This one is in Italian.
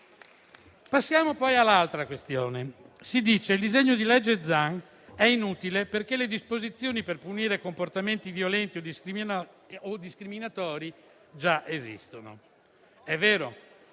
Passiamo poi all'altra questione. Si dice che il disegno di legge Zan è inutile, perché le disposizioni per punire comportamenti violenti o discriminatori già esistono. È vero,